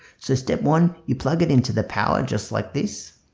so step one you plug it into the power just like this